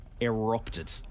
erupted